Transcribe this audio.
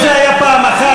אילו זה היה פעם אחת,